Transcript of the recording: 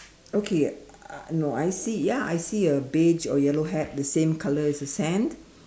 okay uh no I see ya I see a beige or yellow hat the same colour as the sand